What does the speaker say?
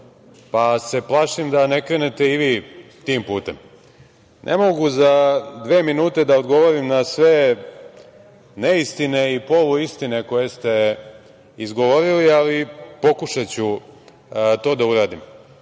pa se plašim da ne krenete i vi tim putem. Ne mogu za dve minute da odgovorim na sve neistine i poluistine koje ste izgovorili, ali pokušaću to da uradim. Vi